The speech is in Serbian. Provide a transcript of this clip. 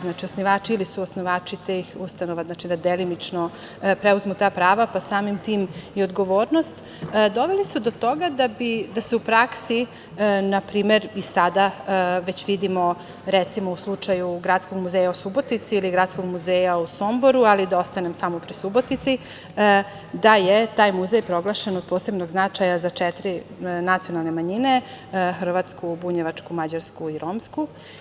Znači, osnivači ili suosnivači tih ustanova, znači da delimično preuzmu ta prava, pa samim tim i odgovornost doveli su do toga da se u praksi npr. i sada već vidimo u slučaju Gradskog muzeja u Subotici ili Gradskog muzeja u Somboru, ali da ostanem samo pri Subotici, da je taj muzej proglašen od posebnog značaja za četiri nacionalne manjine, - hrvatsku, bunjevačku, mađarsku i romsku.